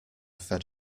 fed